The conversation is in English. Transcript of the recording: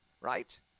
right